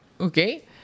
Okay